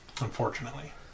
unfortunately